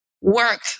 work